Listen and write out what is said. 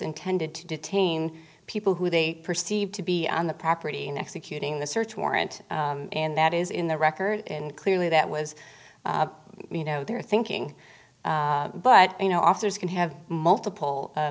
intended to detain people who they perceived to be on the property in executing the search warrant and that is in the record and clearly that was you know their thinking but you know officers can have multiple